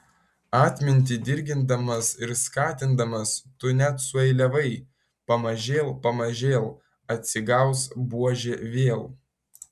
atmintį dirgindamas ir skatindamas tu net sueiliavai pamažėl pamažėl atsigaus buožė vėl